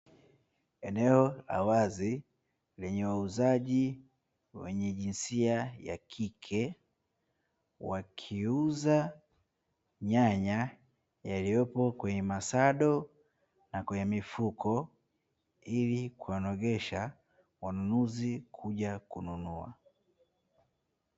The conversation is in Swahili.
Eneo la wazi lenye wauzaji wenye jinsia ya kike wakiuza nyanya iliyopo kwenye masado na kwenye mifuko ili kuwanogesha wanunuzi kuja kununua.